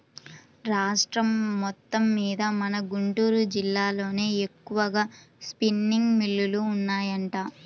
రాష్ట్రం మొత్తమ్మీద మన గుంటూరు జిల్లాలోనే ఎక్కువగా స్పిన్నింగ్ మిల్లులు ఉన్నాయంట